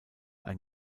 ein